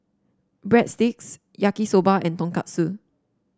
Breadsticks Yaki Soba and Tonkatsu